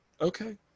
Okay